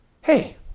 Hey